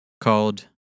called